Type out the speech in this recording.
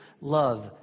love